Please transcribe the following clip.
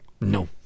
No